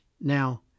Now